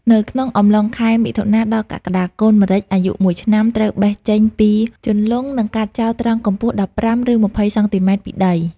នៅក្នុងអំឡុងខែ មិថុនា-កក្កដា កូន ម្រេច អាយុ ១ឆ្នាំ ត្រូវបេះចេញពីជន្លង់និងកាត់ចោលត្រង់កម្ពស់ ១៥ឬ២០សង់ទីម៉ែត្រ ពីដី។